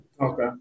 Okay